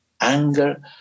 anger